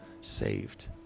saved